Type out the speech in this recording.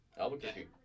Albuquerque